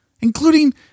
including